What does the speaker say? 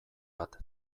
bat